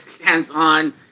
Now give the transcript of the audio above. hands-on